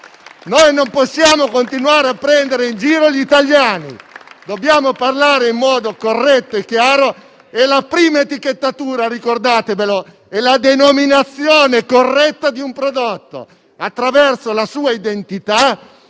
Non possiamo continuare a prendere in giro gli italiani, ma dobbiamo parlare in modo corretto e chiaro. La prima etichettatura - ricordatevelo - è la denominazione corretta di un prodotto, attraverso la sua identità,